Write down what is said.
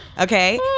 Okay